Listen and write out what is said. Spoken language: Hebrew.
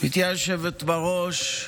היושבת בראש,